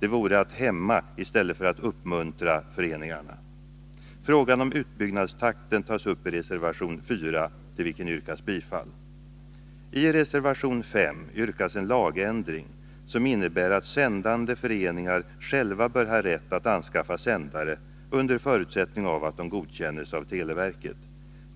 det vore att hämma i stället för att uppmuntra föreningarna. Frågan om utbyggnadstakten tas upp i reservation 4, till vilken yrkas bifall. I reservation 5 yrkas en lagändring, som innebär att sändande föreningar själva bör ha rätt att anskaffa sändare, under förutsättning av att de godkänns av televerket.